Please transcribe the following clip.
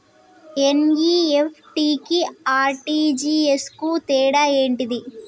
NEFT కి RTGS కు తేడా ఏంటిది?